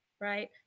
right